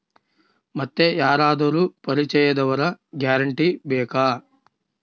ಮತ್ತೆ ಯಾರಾದರೂ ಪರಿಚಯದವರ ಗ್ಯಾರಂಟಿ ಬೇಕಾ?